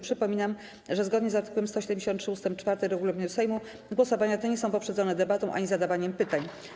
Przypominam, że zgodnie z art. 173 ust. 4 regulaminu Sejmu głosowania te nie są poprzedzone debatą ani zadawaniem pytań.